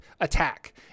attack